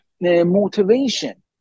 motivation